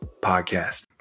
podcast